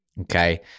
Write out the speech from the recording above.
okay